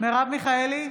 מרב מיכאלי,